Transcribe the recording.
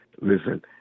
Listen